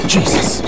Jesus